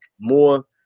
more